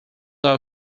out